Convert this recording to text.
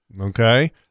Okay